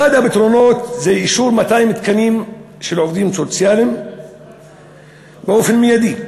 אחד הפתרונות הוא אישור 200 תקנים של עובדים סוציאליים באופן מיידי,